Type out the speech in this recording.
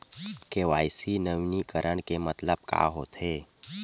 KYC नवीनीकरण के मतलब का होथे?